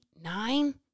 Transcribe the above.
nine